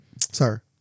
Sir